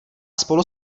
spolu